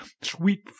sweet